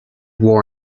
war